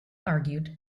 argued